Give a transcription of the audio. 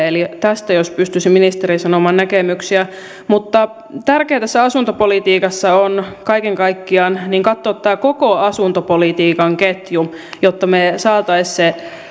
eli tästä jos pystyisi ministeri sanomaan näkemyksiä mutta tärkeää tässä asuntopolitiikassa on kaiken kaikkiaan katsoa tämä koko asuntopolitiikan ketju jotta saataisiin se